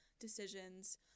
decisions